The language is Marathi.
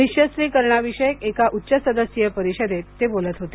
निःशस्त्रीकरणाविषयक एका उच्च सदस्यीय परिषदेत ते बोलत होते